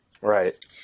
Right